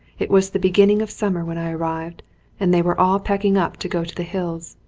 it was the beginning of sum mer when i arrived and they were all packing up to go to the hills.